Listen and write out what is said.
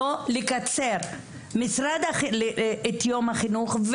לא לקצר את יום החינוך.